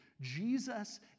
Jesus